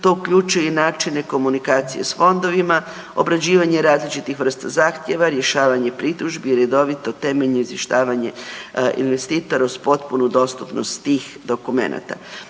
To uključuje i načine komunikacije s fondovima, obrađivanje različitih vrsta zahtjeva, rješavanje pritužbi i redovito temeljno izvještavanje investitora uz potpunu dostupnost tih dokumenata.